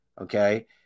Okay